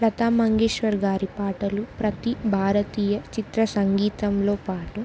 లతా మంగేశ్వర్ గారి పాటలు ప్రతి భారతీయ చిత్ర సంగీతంలో పాటు